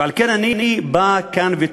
ועל כן אני בא וטוען